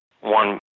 one